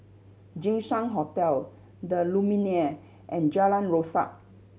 Jinshan Hotel The Lumiere and Jalan Rasok